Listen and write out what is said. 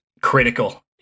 critical